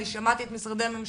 אני שמעתי את משרדי הממשלה,